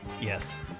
Yes